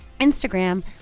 Instagram